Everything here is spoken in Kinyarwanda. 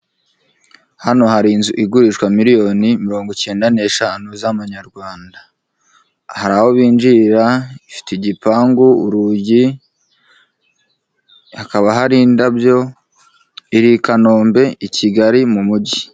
Hano hari inzu igurishwa miliyoni mirongo ikenda n'eshanu z'amanyarwanda, hari aho binjirira, ifite igipangu, urugi, hakaba hari indabyo, iri i Kanombe, i Kigali mu mujyi.